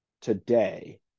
today